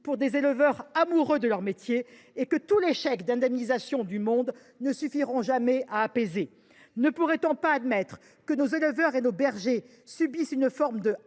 pour des éleveurs amoureux de leur métier, que tous les chèques d’indemnisation du monde ne suffiront jamais à apaiser ? Ne pourrait on pas admettre que nos éleveurs et nos bergers subissent une forme de